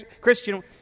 Christian